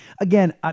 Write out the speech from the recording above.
again